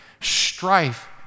strife